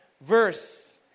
verse